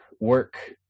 work